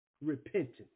repentance